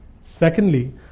Secondly